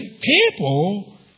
people